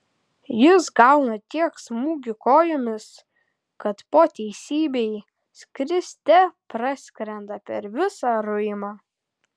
jis gauna tiek smūgių kojomis kad po teisybei skriste praskrenda per visą ruimą